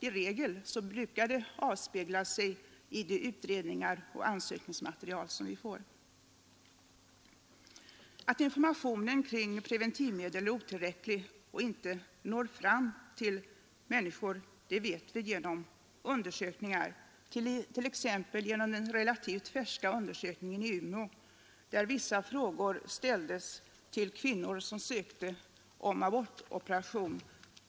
I regel brukar resultatet avspegla sig i de utredningar och det ansökningsmaterial som vi får. Att informationen kring preventivmedlen är otillräcklig och inte når fram till människorna, det vet vi genom undersökningar, t.ex. den relativt färska undersökningen i Umeå. Vissa frågor ställdes till kvinnor som ansökte om abortoperation.